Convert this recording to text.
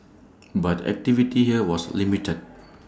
but activity here was limited